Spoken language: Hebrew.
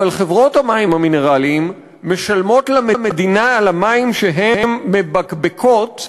אבל חברות המים המינרליים משלמות למדינה על המים שהן מבקבקות